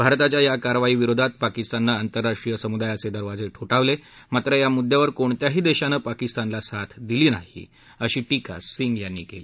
भारताच्या या कारवाईविरोधात पाकिस्ताननं आंतरराष्ट्रीय समुदायाचे दरवाजे ठोठावले मात्र या मुद्दयावर कोणत्याही देशानं पाकिस्तानला साथ दिली नाही अशी टीका सिंग यांनी केली